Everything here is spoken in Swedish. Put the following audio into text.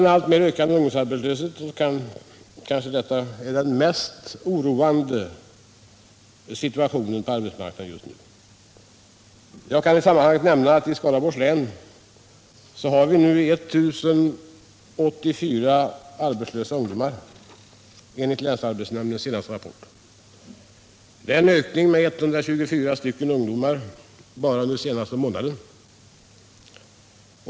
Den alltmer ökande ungdomsarbetslösheten är kanske det mest oroande inslaget på arbetsmarknaden just nu. I Skaraborgs län har vi nu 1084 arbetslösa ungdomar enligt länsarbetsnämndens senaste rapport. Det är en ökning med 124 bara under den senaste månaden.